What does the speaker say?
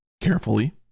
carefully